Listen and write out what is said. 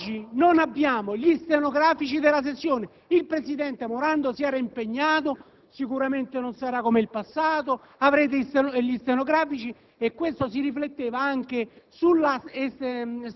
Nonostante ogni buona volontà, ad oggi non abbiamo i resoconti stenografici della sessione. Il presidente Morando si era impegnato: sicuramente non sarà come in passato, avrete i resoconti stenografici.